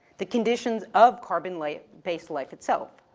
the conditions of carbon-lay, based life itself.